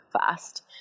fast